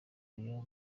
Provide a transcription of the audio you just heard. uyu